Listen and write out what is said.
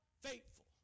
faithful